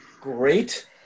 great